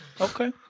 Okay